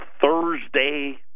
Thursday